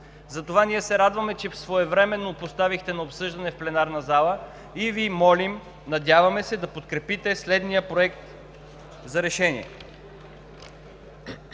Затова ние се радваме, че своевременно го поставихте на обсъждане в пленарната зала, и Ви молим, надяваме се, да подкрепите следния: „Проект! РЕШЕНИЕ